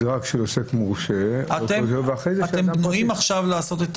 מדרג של עוסק מורשה ואחרי זה של -- אתם בנויים עכשיו לעשות את